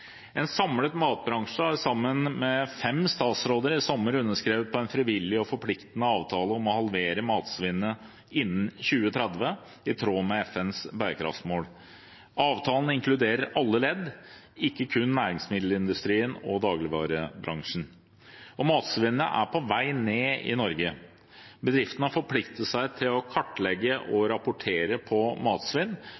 En samlet matbransje har sammen med fem statsråder i sommer underskrevet en frivillig og forpliktende avtale om å halvere matsvinnet innen 2030, i tråd med FNs bærekraftsmål. Avtalen inkluderer alle ledd, ikke kun næringsmiddelindustrien og dagligvarebransjen. Matsvinnet er på vei ned i Norge. Bedriftene har forpliktet seg til å kartlegge og